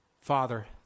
Father